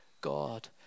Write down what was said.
God